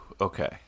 okay